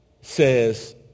says